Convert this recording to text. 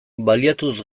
bilatuz